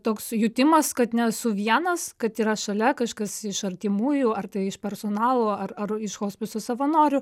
toks sujutimas kad nesu vienas kad yra šalia kažkas iš artimųjų ar tai iš personalo ar ar iš hospiso savanorių